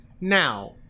now